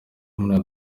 umuntu